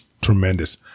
tremendous